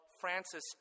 Francis